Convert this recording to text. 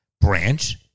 branch